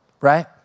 right